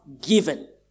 given